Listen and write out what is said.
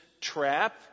trap